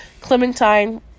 Clementine